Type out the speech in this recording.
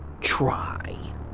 try